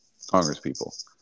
congresspeople